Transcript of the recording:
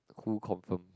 who confirm